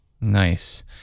nice